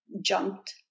jumped